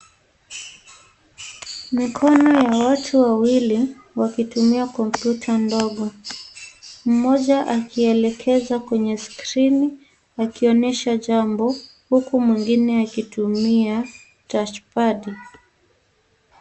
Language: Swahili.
Mikono ya watu wawili wakitumia (cs)kompyuta(cs) dogo. Mmoja anaonekana akielekeza kwenye (cs)screen(cs) akionesha jambo huku mwingine akitumia (cs)touchpad(cs).